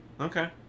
Okay